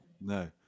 no